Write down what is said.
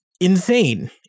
insane